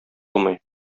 алмый